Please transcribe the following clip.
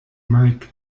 mike